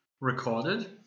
recorded